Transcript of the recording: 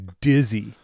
dizzy